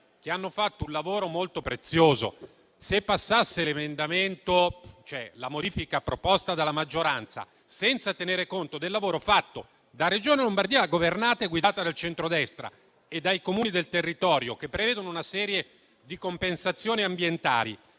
che hanno compiuto un lavoro molto prezioso. Se fosse approvata la modifica proposta dalla maggioranza, senza tenere conto del lavoro fatto dalla Regione Lombardia, guidata dal centrodestra, e dai Comuni del territorio, che prevede una serie di compensazioni ambientali